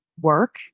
work